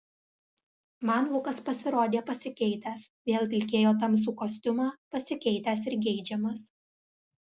man lukas pasirodė pasikeitęs vėl vilkėjo tamsų kostiumą pasikeitęs ir geidžiamas